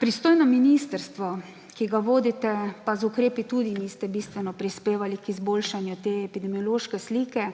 Pristojno ministrstvo, ki ga vodite, pa z ukrepi tudi ni bistveno prispevalo k izboljšanju te epidemiološke slike.